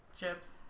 chips